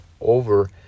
over